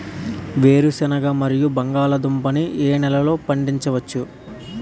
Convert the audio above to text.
వేరుసెనగ మరియు బంగాళదుంప ని ఏ నెలలో పండించ వచ్చు?